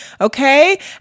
okay